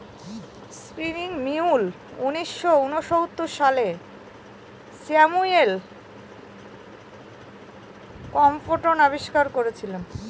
spinning mule উনিশশো ঊনসত্তর সালে স্যামুয়েল ক্রম্পটন আবিষ্কার করেছিলেন